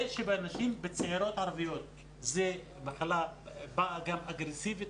זה שבנשים צעירות ערביות המחלה באה אגרסיבית